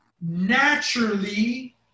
naturally